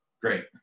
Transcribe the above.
great